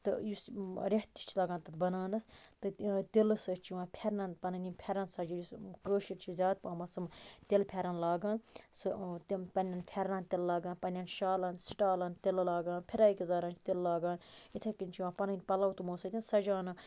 تہٕ یُس ریٚتھ تہِ چھُ لَگان تتھ بَناونَس تہٕ تِلہٕ سۭتۍ چھ یِوان پھیٚرنَن پَننۍ یِم پھیٚرَن سَجٲوِتھ سُہ کٲشِر چھِ زیاد پَہمَس یِم تِلہٕ پھیٚرَن لاگان سُہ تِم پَننٮ۪ن پھیٚرنَن تِلہٕ لاگان پَننٮ۪ن شالَن سٹالَن تِلہٕ لاگان فِراق یَزارَن تِلہٕ لاگان یِتھے کنۍ چھِ یِوان پَننۍ پَلو تِمو سۭتۍ سَجاونہٕ